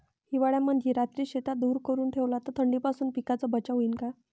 हिवाळ्यामंदी रात्री शेतात धुर करून ठेवला तर थंडीपासून पिकाचा बचाव होईन का?